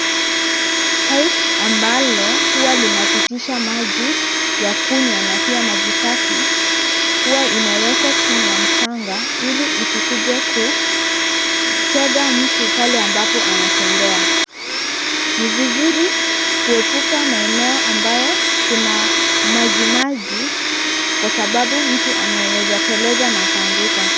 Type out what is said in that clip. Pipe ambalo huwa linapitisha maji ya kunywa na pia maji safi huwa inawekwa chini ya mchanga ili isikuje kutega mtu pale ambapo anatembea. Ni vizuri kuepuka maeneo ambayo kuna majimaji kwa sababu mtu anaweza teleza na akaanguka.